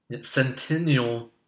centennial